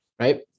Right